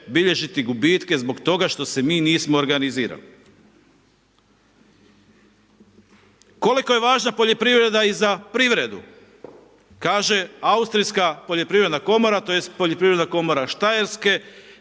bilježiti gubitke zbog toga što se mi nismo organizirali. Koliko je važna poljoprivreda i za privredu? Kaže austrijska poljoprivredna komora tj. poljoprivredna komora Štajerske